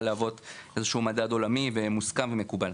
להוות איזשהו מדד עולמי מוסכם ומקובל.